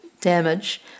damage